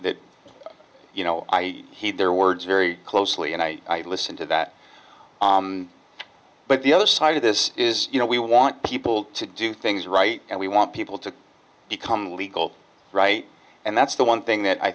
you know i heed their words very closely and i listen to that but the other side of this is you know we want people to do things right and we want people to become legal right and that's the one thing that i